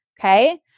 Okay